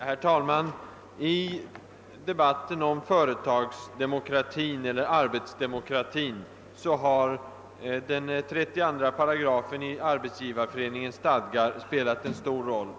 Herr talman! I debatten om arbetsdemokratin har paracraf 32 | Are sdgivareföreningens stadgar spelat en stor roll.